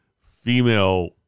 female